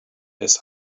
his